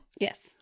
Yes